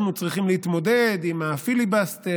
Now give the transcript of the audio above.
אנחנו צריכים להתמודד עם הפיליבסטר,